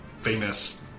famous